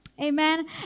Amen